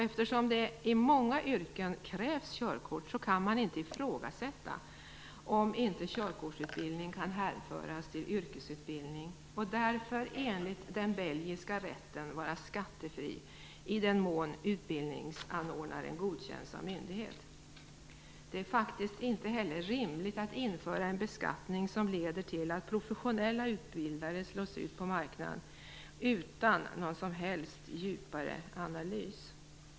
Eftersom det i många yrken krävs körkort kan man inte ifrågasätta att körkortsutbildning kan hänföras till yrkesutbildning och därför, enligt den belgiska rätten, vara skattefri i den mån utbildningsanordnaren godkänts av myndighet. Det är faktiskt inte heller rimligt att utan att ha gjort någon djupare analys införa en beskattning som leder till att professionella utbildare slås ut på marknaden.